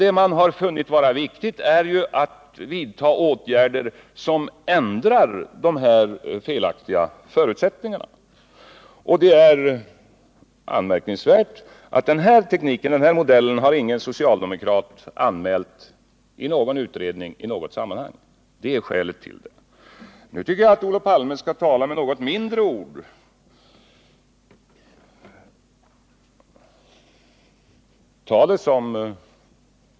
Men vad man funnit vara viktigt är att vidta åtgärder som ändrar de felaktiga förutsättningarna. Det är anmärkningsvärt att den här tekniken, dvs. den modell som nu föreslås, har ingen socialdemokrat anmält i någon utredning i något sammanhang. Jag tycker att Olof Palme skall tala med något mindre bokstäver.